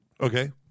Okay